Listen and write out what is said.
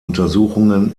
untersuchungen